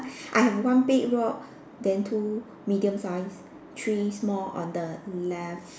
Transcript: I have one big rock then two medium size three small on the left